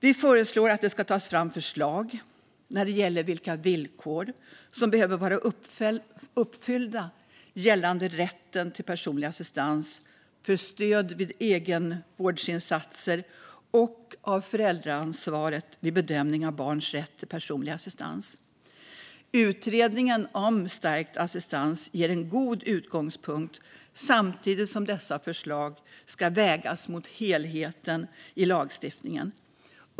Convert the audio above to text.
Vi föreslår att det ska tas fram förslag om vilka villkor som behöver vara uppfyllda för rätt till personlig assistans gällande stöd vid egenvårdsinsatser och om föräldraansvaret vid bedömning av barns rätt till personlig assistans. Utredningen om stärkt assistans ger en god utgångspunkt samtidigt som dessa förslag ska vägas mot helheten i lagstiftningen.